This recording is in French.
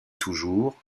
toujours